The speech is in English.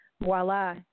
voila